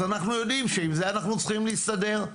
אז אנחנו יודעים שעם זה אנחנו צריכים להסתדר.